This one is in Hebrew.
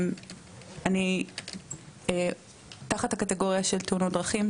אני תחת הקטגוריה של תאונות דרכים.